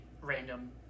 random